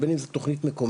ובין אם זו תוכנית מקומית,